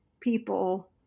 people